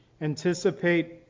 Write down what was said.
anticipate